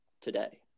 today